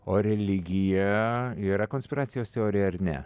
o religija yra konspiracijos teorija ar ne